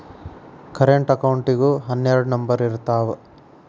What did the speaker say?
current ಅಕೌಂಟಿಗೂ ಹನ್ನೆರಡ್ number ಇರ್ತಾವ